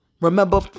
Remember